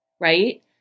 Right